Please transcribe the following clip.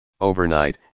overnight